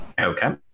Okay